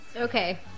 Okay